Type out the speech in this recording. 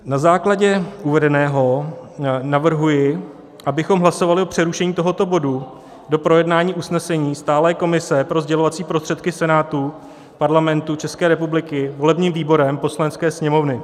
Na základě uvedeného navrhuji, abychom hlasovali o přerušení tohoto bodu do projednání usnesení Stálé komise pro sdělovací prostředky Senátu Parlamentu České republiky volebním výborem Poslanecké sněmovny.